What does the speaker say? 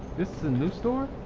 this is a new store?